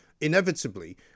inevitably